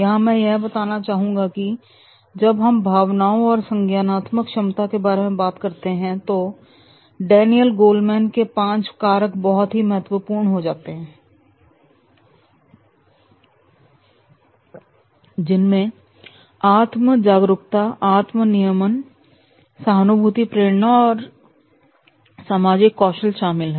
यहां मैं यह बताना चाहूंगा कि जब हम भावनाओं और संज्ञानात्मक क्षमता के बारे में बात करते हैं तो डैनियल गोलमैन के पांच कारक बहुत ही महत्वपूर्ण हो जाते हैं जिनमें आत्म जागरूकता आत्मा नियमन सहानुभूति प्रेरणा और सामाजिक कौशल शामिल हैं